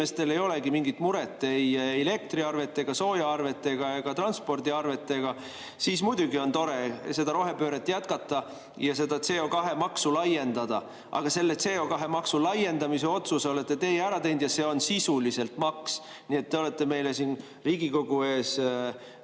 inimestel ei olegi mingit muret ei elektriarvetega, ei soojaarvetega ega transpordiarvetega, siis muidugi on tore seda rohepööret jätkata ja seda CO2maksu laiendada. Aga selle CO2maksu laiendamise otsuse olete teie ära teinud ja see on sisuliselt maks. Nii et te olete meile siin Riigikogu ees